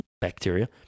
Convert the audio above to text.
bacteria